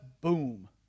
boom